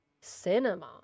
cinema